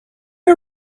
are